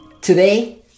Today